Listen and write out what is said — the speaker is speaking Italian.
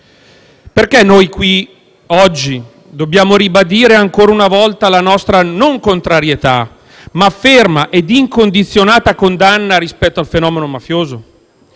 Perché noi qui, oggi, dobbiamo ribadire, ancora una volta, la nostra non contrarietà, ma ferma e incondizionata condanna al fenomeno mafioso?